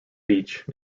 beach